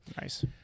Nice